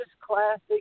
classic